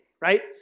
right